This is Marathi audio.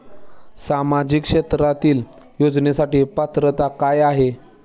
सामाजिक क्षेत्रांतील योजनेसाठी पात्रता काय आहे?